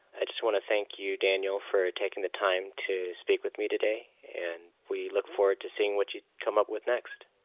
i just want to thank you, daniel, for taking the time to speak with me today and we look forward to seeing what you come up with next.